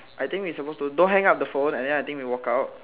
I think we supposed to don't hang up the phone and then I think we walk out